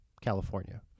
California